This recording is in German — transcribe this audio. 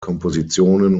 kompositionen